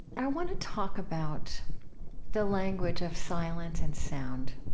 i want to talk about the language of silence and sound,